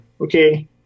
okay